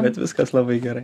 bet viskas labai gerai